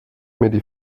mir